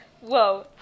Whoa